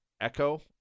echo